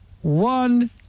one